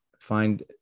find